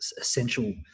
essential